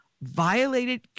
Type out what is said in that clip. violated –